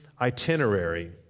itinerary